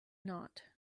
not